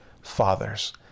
fathers